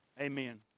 amen